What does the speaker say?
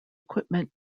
equipment